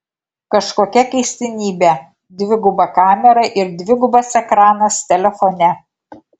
kažkokia keistenybė dviguba kamera ir dvigubas ekranas telefone